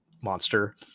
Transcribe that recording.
monster